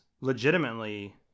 legitimately